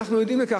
אנחנו עדים לכך,